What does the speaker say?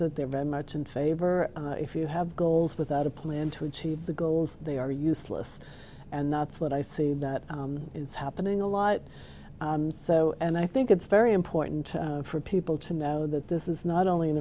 that they're very much in favor if you have goals without a plan to achieve the goals they are useless and that's what i see is happening a lot so and i think it's very important for people to know that this is not only